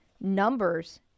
numbers